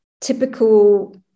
typical